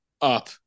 Up